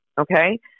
Okay